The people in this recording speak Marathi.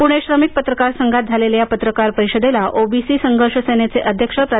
पुणे श्रमिक पत्रकार संघात झालेल्या या पत्रकार परिषदेला ओबीसी संघर्ष सेनेचे अध्यक्ष प्रा